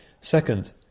Second